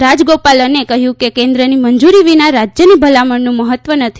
રોજગોપાલને કહ્યું કે કેન્દ્રની મંજૂરી વિના રાજ્યની ભલામણનું મહત્વ નથી